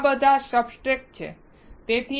આ બધા સબસ્ટ્રેટ્સ છે